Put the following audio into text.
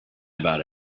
about